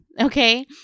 okay